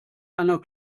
einer